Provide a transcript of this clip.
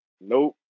Nope